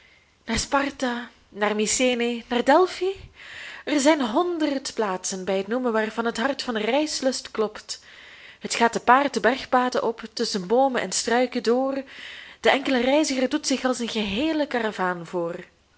naar sparta naar mycene naar delphi er zijn honderd plaatsen bij het noemen waarvan het hart van reislust klopt het gaat te paard de bergpaden op tusschen boomen en struiken door de enkele reiziger doet zich als een geheele karavaan voor